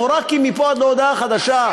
מור"קים מפה עד להודעה חדשה,